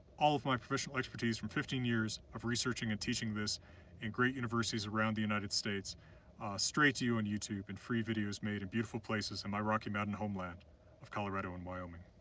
all of my professional expertise from fifteen years of researching and teaching this in great universities around the united states straight to on and youtube in free videos made in beautiful places in my rocky mountain homeland of colorado and wyoming.